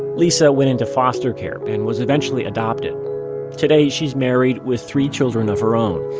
lisa went into foster care but and was eventually adopted today, she's married with three children of her own.